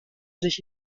sich